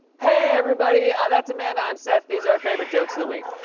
hey, everybody. that's amanda. i'm seth. these are our favorite jokes of the week.